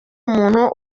umuntu